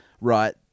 right